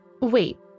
Wait